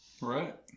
Right